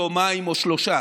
יומיים או שלושה